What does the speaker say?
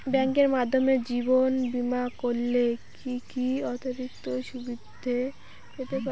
ব্যাংকের মাধ্যমে জীবন বীমা করলে কি কি অতিরিক্ত সুবিধে পেতে পারি?